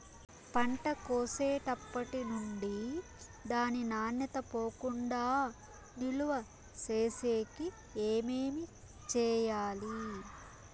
పంట కోసేటప్పటినుండి దాని నాణ్యత పోకుండా నిలువ సేసేకి ఏమేమి చేయాలి?